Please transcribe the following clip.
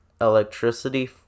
electricity